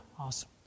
awesome